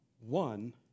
one